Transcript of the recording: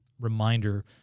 reminder